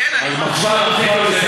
כן, אני לא, אם עושים אותה נכון.